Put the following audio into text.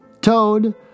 Toad